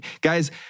guys